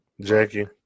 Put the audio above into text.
Jackie